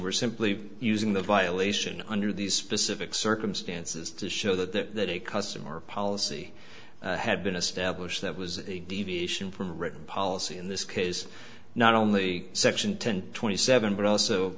we're simply using the violation under these specific circumstances to show that a customer policy had been established that was a deviation from written policy in this case not only section ten twenty seven but also